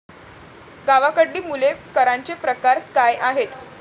गावाकडली मुले करांचे प्रकार काय आहेत?